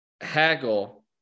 haggle